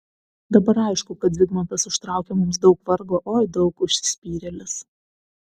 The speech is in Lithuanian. dabar aišku kad zigmantas užtraukė mums daug vargo oi daug užsispyrėlis